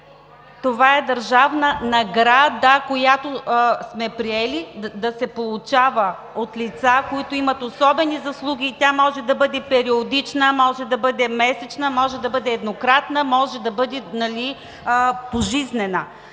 Стойнев) държавна награда, която сме приели да се получава от лица, които имат особени заслуги, и тя може да бъде периодична, може да бъде месечна, може да бъде еднократно, може да бъде пожизнена.